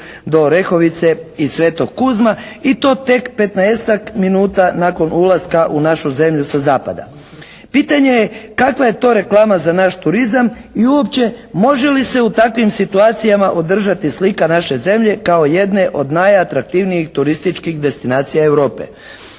do Orehovice i Svetog Kuzma i to tek 15-tak minuta nakon ulaska u našu zemlju sa zapada. Pitanje je kakva je to reklama za naš turizam i uopće može li se u takvim situacijama održati slika naše zemlje kao jedne od najatraktivnijih turističkih destinacija Europe.